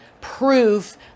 proof